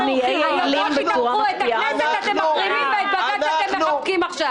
את הכנסת אתם מחרימים ואת בג"ץ אתם מחבקים עכשיו.